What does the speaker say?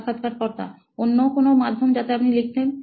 সাক্ষাৎকারকর্তা অন্য কোনো মাধ্যম যাতে আপনি লিখতেন